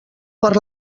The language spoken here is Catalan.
per